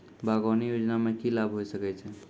बागवानी योजना मे की लाभ होय सके छै?